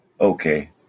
Okay